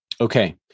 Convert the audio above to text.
okay